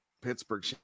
Pittsburgh